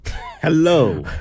Hello